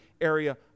area